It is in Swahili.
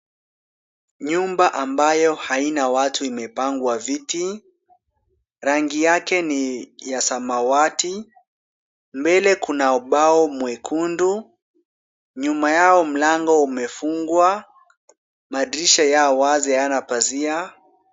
Nyumba ambayo haina watu imepangwa viti . Rangi yake ni ya samawati. Mbele kuna ubao mwekundu. Nyuma yao mlango umefungwa. Madirisha yao wazi hayana pazia.